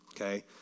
okay